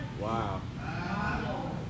Wow